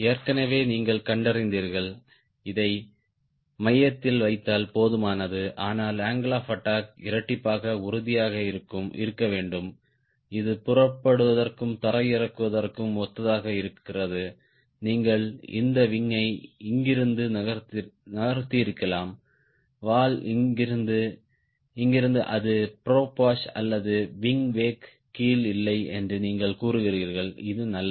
ஏற்கெனவே நீங்கள் கண்டறிந்தீர்கள் இதை மையத்தில் வைத்தால் போதுமானது ஆனால் அங்கிள் ஆப் அட்டாக் இரட்டிப்பாக உறுதியாக இருக்க வேண்டும் இது புறப்படுவதற்கும் தரையிறங்குவதற்கும் ஒத்ததாக இருக்கிறது நீங்கள் இந்த விங்யை இங்கிருந்து நகர்த்தியிருக்கலாம் வால் இங்கிருந்து இங்கிருந்து அது ப்ராப் வாஷ் அல்லது விங் வெக் கீழ் இல்லை என்று நீங்கள் கூறுகிறீர்கள் இது நல்லது